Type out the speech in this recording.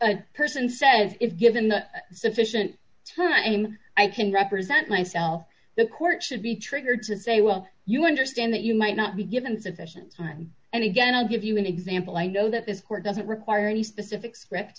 a person says if given the sufficient turn i am i can represent myself the court should be triggered to say well you understand that you might not be given sufficient time and again i'll give you an example i know that this court doesn't require any specific